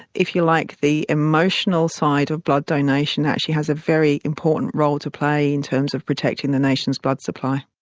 if you like, the emotional side of blood donation actually has a very important role to play in terms of protecting the nation's blood supply.